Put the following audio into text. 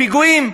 פיגועים,